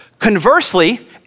Conversely